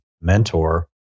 mentor